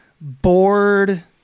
bored